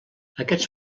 aquests